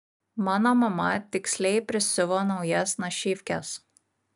mano mama tiksliai prisiuvo naujas našyvkes